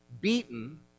beaten